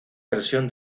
versión